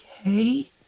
okay